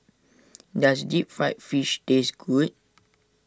does Deep Fried Fish taste good